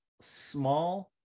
small